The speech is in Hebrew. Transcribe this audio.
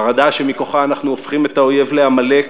החרדה שמכוחה אנחנו הופכים את האויב לעמלק,